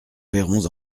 verrons